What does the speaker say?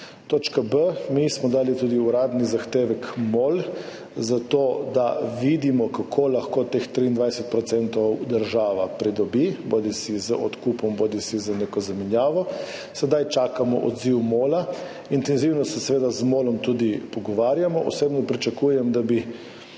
Točka B, mi smo dali tudi uradni zahtevek na MOL zato, da vidimo, kako lahko teh 23 % država pridobi, bodisi z odkupom bodisi z neko zamenjavo. Sedaj čakamo odziv MOL, intenzivno se seveda z MOL tudi pogovarjamo. Osebno pričakujem, da bi